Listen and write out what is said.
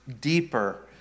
Deeper